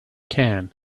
can